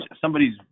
Somebody's